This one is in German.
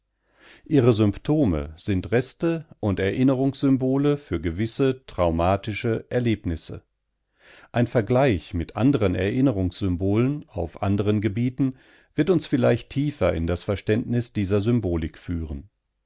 ihre symptome sind reste und erinnerungssymbole für gewisse traumatische erlebnisse ein vergleich mit anderen erinnerungssymbolen auf anderen gebieten wird uns vielleicht tiefer in das verständnis dieser symbolik führen